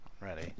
Ready